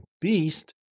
beast